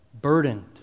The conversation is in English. burdened